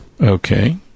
Okay